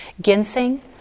Ginseng